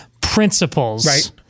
principles